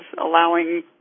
allowing